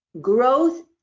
growth